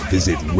Visit